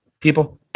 people